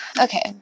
Okay